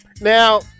Now